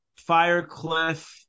Firecliff